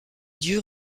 dieu